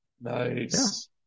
Nice